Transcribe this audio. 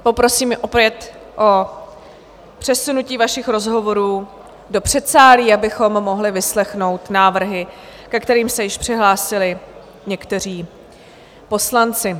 Poprosím opět o přesunutí vašich rozhovorů do předsálí, abychom mohli vyslechnout návrhy, ke kterým se již přihlásili někteří poslanci.